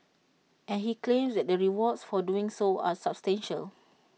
and he claims that the rewards for doing so are substantial